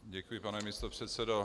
Děkuji, pane místopředsedo.